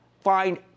Find